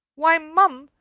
why, mum,